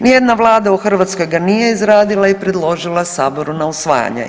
Nijedna vlada u Hrvatskoj ga nije izradila i predložila saboru na usvajanje.